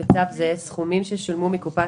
הגדרות בצו זה "סכומים ששולמו מקופת